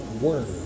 word